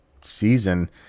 season